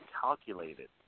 calculated